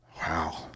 wow